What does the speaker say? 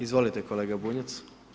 Izvolite kolega Bunjac.